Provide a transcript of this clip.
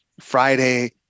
Friday